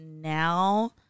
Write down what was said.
now